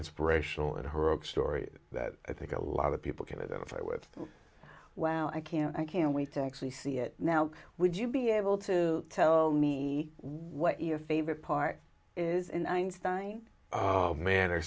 inspirational in her story that i think a lot of people can identify with wow i can't i can't wait to actually see it now would you be able to tell me what your favorite part is in man are